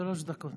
דקות.